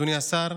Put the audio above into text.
אדוני השר,